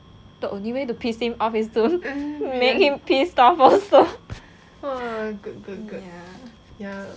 the only way to piss him off is to make him piss off also